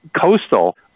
coastal